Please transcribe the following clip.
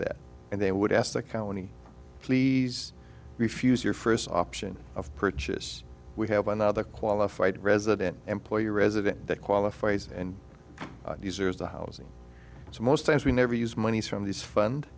that and they would ask the county please refuse your first option of purchase we have another qualified resident employer resident that qualifies and these are the housing so most times we never use monies from this fund